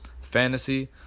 Fantasy